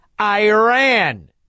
Iran